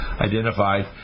identified